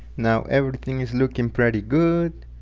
now everything is looking pretty good